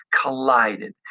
collided